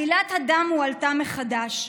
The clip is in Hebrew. עלילת הדם הועלתה מחדש,